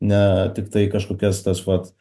ne tiktai kažkokias tas vat